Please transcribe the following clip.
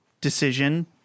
decision